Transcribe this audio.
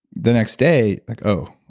the next day like, oh,